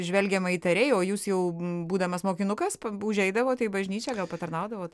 žvelgiama įtariai o jūs jau būdamas mokinukas p užeidavote į bažnyčią gal patarnaudavot